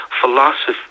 philosophy